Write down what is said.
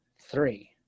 Three